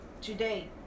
today